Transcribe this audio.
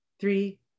three